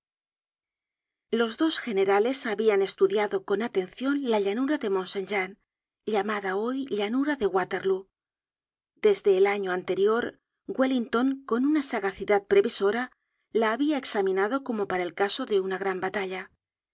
los dos generales habian estudiado con atencion la llanura de montsaint jean llamada hoy llanura de waterlóo desde el año anterior wellington con una sagacidad previsora la habia examinado como para el caso de una gran batalla